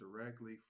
directly